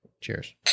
Cheers